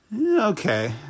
Okay